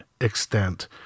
extent